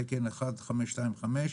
תקן 1525,